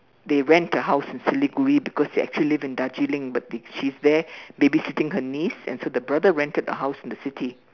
they rent a house in Siliguri because they actually live in Darjeeling but they she's there babysitting her niece and so her brother rented a house in the city